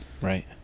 Right